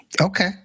Okay